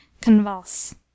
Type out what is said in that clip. convulse